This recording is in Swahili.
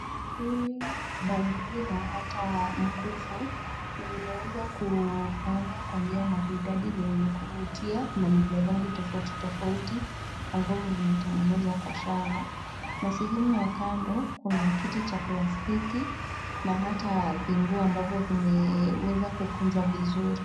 Kufuli, bangili na hata mkufu zimewezwa kupangwa kwa njia maridadi na yenye kuvutia na ni ya rangi tofauti tofauti ambao umetengenezwa kwa shanga na sehemu ya kando kuna kiti cha plastiki na hata vinguo ambavyo vimeweza kukunjwa vizuri.